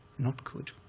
not good,